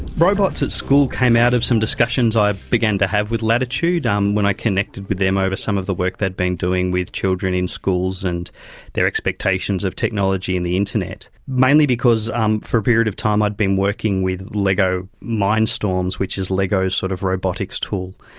robots at school came out of some discussions i began to have with latitude um when i connected with them over some of the work they'd been doing with children in schools and their expectations of technology and the internet, mainly because um for a period of time i'd been working with lego mindstorms, which is a lego sort of robotics tool,